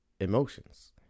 emotions